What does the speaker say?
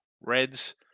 Reds